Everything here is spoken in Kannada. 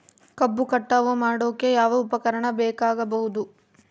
ಕಬ್ಬು ಕಟಾವು ಮಾಡೋಕೆ ಯಾವ ಉಪಕರಣ ಬೇಕಾಗಬಹುದು?